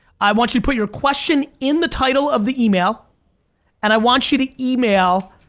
i want you to put your question in the title of the email and i want you to email.